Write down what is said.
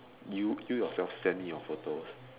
you you yourself sent me your photos